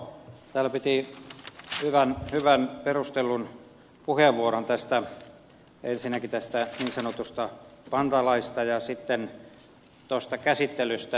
mauri salo täällä piti hyvän perustellun puheenvuoron ensinnäkin tästä niin sanotusta pantalaista ja sitten tuosta käsittelystä